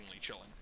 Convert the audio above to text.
chilling